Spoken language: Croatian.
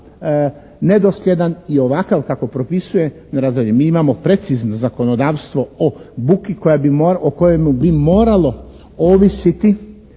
nedosljedan i ovakav kako propisuje …/Govornik se ne razumije./… Mi imamo precizno zakonodavstvo o buki o kojemu bi moralo ovisiti